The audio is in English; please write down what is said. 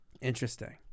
Interesting